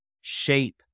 shape